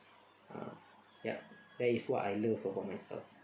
ah ya that is what I love about myself